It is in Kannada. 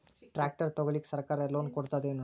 ಟ್ರ್ಯಾಕ್ಟರ್ ತಗೊಳಿಕ ಸರ್ಕಾರ ಲೋನ್ ಕೊಡತದೇನು?